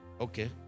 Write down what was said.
okay